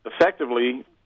effectively